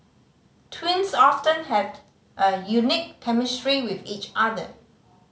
twins often have a unique chemistry with each other